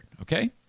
okay